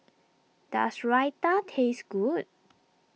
does Raita taste good